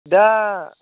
दा